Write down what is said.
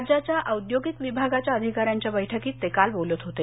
राज्याच्या औद्योगिक विभागाच्या अधिकाऱ्यांच्या बैठकीत ते काल बोलत होते